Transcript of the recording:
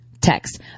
Text